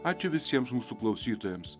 ačiū visiems mūsų klausytojams